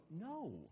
no